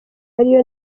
ariyo